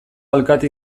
alkate